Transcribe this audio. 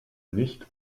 nicht